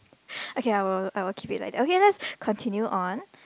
okay I will I will keep it like that okay let's continue on